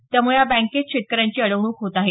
त्यामुळे या बँकेत शेतकऱ्यांची अडवणूक होत आहे